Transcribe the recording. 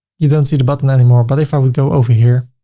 you don't see the button anymore, but if i would go over here,